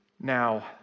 Now